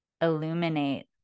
illuminate